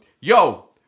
Yo